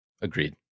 Agreed